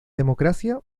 democracia